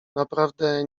naprawdę